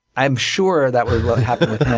i'm sure that was what happened with him.